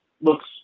looks